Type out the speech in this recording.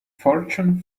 fortune